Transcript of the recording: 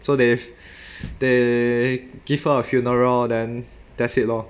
so they've they give her a funeral then that's it lor